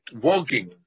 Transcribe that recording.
walking